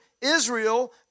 Israel